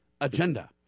agenda